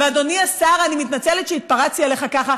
את עומדת בראש שדולת נשים בעסקים.